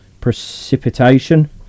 precipitation